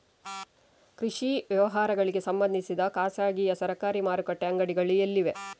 ಕೃಷಿ ವ್ಯವಹಾರಗಳಿಗೆ ಸಂಬಂಧಿಸಿದ ಖಾಸಗಿಯಾ ಸರಕಾರಿ ಮಾರುಕಟ್ಟೆ ಅಂಗಡಿಗಳು ಎಲ್ಲಿವೆ?